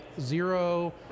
zero